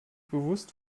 bewusst